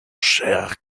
cher